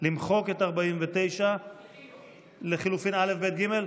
למחוק את 49 לחלופין א', ב' וג'?